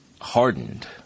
hardened